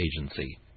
agency